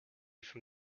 from